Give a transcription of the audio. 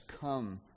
come